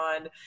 on